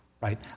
right